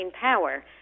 power